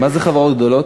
מה זה חברות גדולות?